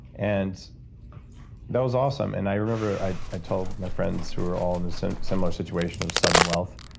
and that was awesome. and i remember i told my friends who were all in a so similar situation of sudden wealth,